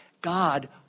God